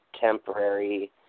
temporary